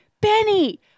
Benny